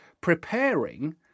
preparing